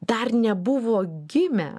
dar nebuvo gimę